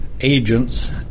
agents